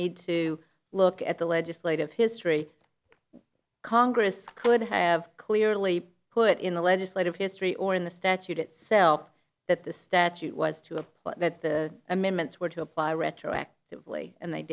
need to look at the legislative history congress could have clearly put in the legislative history or in the statute itself that the statute was to apply that the amendments were to apply retroactively and they